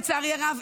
לצערי הרב,